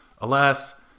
Alas